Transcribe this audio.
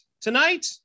Tonight